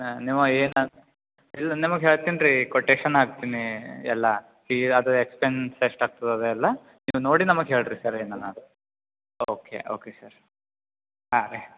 ನೀವು ಏನೂ ಇಲ್ಲ ನಿಮಗೆ ಹೇಳ್ತಿನಿ ರೀ ಕೊಟೇಷನ್ ಹಾಕ್ತೀನಿ ಎಲ್ಲ ಈ ಅದು ಎಕ್ಸ್ಪೆನ್ಸ್ ಎಷ್ಟು ಆಗ್ತದೆ ಅದು ಎಲ್ಲ ನೀವು ನೋಡಿ ನಮಗೆ ಹೇಳಿರಿ ಸರಿ ಏನಾರ ಓಕೆ ಓಕೆ ಸರ್ ಹಾಂ ರೀ